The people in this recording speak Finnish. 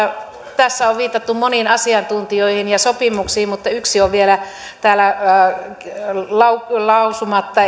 tässä on viitattu moniin asiantuntijoihin ja sopimuksiin mutta yksi on täällä vielä lausumatta